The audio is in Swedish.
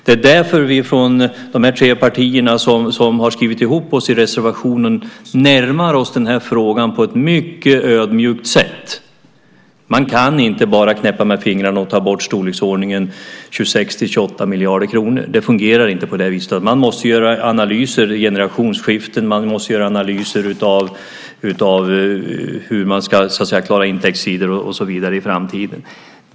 Det är därför som vi från de här tre partierna som har skrivit ihop oss i reservationen närmar oss den här frågan på ett mycket ödmjukt sätt. Man kan inte bara knäppa med fingrarna och ta bort i storleksordningen 26-28 miljarder kronor. Det fungerar inte på det viset. Man måste göra analyser av generationsskiften. Man måste göra analyser av hur man ska klara intäktssidor och så vidare i framtiden.